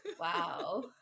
Wow